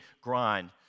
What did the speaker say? grind